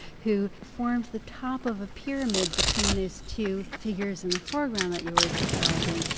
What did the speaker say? who forms the top of a pyramid between these two figures in the foreground that you were describing.